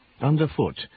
Underfoot